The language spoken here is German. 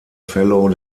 fellow